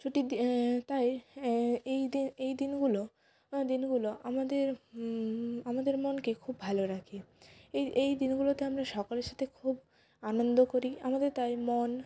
ছুটির দিন তাই এই দি এই দিনগুলো দিনগুলো আমাদের আমাদের মনকে খুব ভালো রাখে এই এই দিনগুলোতে আমরা সকলের সাথে খুব আনন্দ করি আমাদের তাই মন